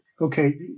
okay